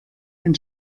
ein